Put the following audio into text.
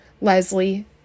Leslie